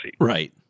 right